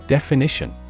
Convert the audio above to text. Definition